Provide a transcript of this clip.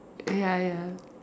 ya ya